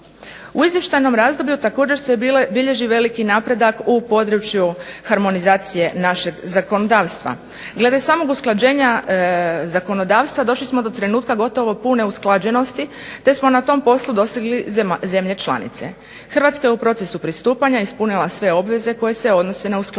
U izvještajnom razdoblju također se bilježi veliki napredak u području harmonizacije našeg zakonodavstva. Glede samog usklađenja zakonodavstva, došli smo do trenutka gotovo pune usklađenosti te smo na tom poslu dostigli zemlje članice. Hrvatska je u procesu pristupanja ispunila sve obveze koje se odnose na usklađenje